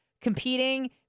competing